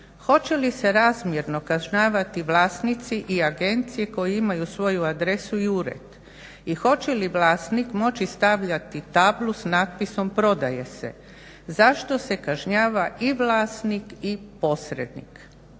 Hoće li se razmjerno kažnjavati vlasnici i agencije koje imaju svoju adresu i ured? I hoće li vlasnik moći stavljati tablu sa natpisom prodaje se. Zašto se kažnjava i vlasnik i posrednik?